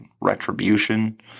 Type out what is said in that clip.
retribution